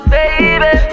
Baby